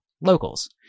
locals